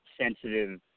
sensitive